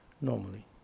normally